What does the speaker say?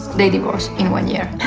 they divorce in one year.